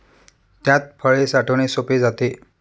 त्यात फळे साठवणे सोपे जाते